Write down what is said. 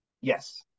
Yes